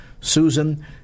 Susan